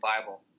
Bible